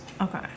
Okay